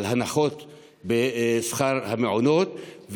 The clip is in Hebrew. על הנחות בתשלום למעונות,